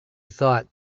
thought